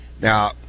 Now